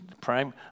prime